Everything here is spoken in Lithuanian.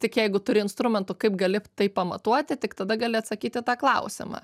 tik jeigu turi instrumentų kaip gali tai pamatuoti tik tada gali atsakyt į tą klausimą